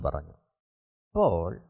Paul